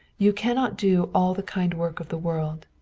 you cannot do all the kind work of the world.